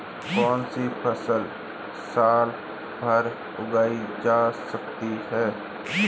कौनसी फसल साल भर उगाई जा सकती है?